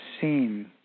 seen